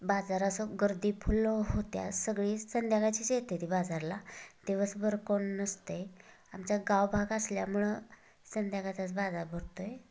बाजारा असं गर्दी फुल्ल होत्या सगळीच संध्याकाळचीच येतेत बाजारला दिवसभर कोण नसतंय आमचा गाव भाग असल्यामुळे संध्याकाळचाच बाजार भरतो आहे